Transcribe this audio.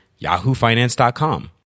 yahoofinance.com